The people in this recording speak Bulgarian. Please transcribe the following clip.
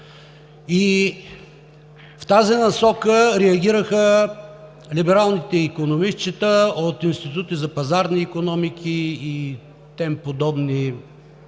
в тази насока реагираха либералните икономистчета от институти за пазарни икономики и тем подобни